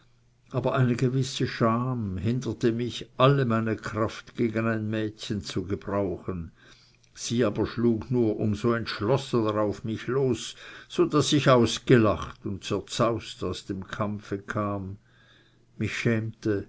aber eine gewisse scham hinderte mich alle meine kraft gegen ein mädchen zu gebrauchen sie aber schlug nur um so entschlossener auf mich los so daß ich ausgelacht und zerzaust aus dem kampfe kam mich schämte